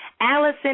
Allison